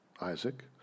Isaac